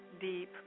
deep